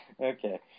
Okay